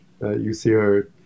UCR